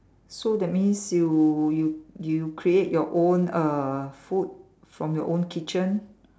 so that means you you you create your own uh food from your own kitchen